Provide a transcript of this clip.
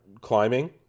climbing